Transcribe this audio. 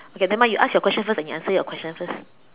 okay nevermind you ask your question and you answer your question first